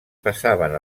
passaven